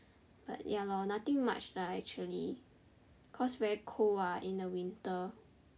but ya lor nothing much lah actually cause very cold ah in the winter